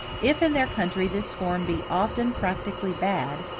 if, in their country, this form be often practically bad,